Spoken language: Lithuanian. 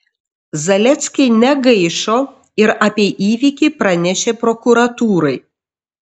zaleckiai negaišo ir apie įvykį pranešė prokuratūrai